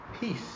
peace